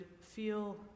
feel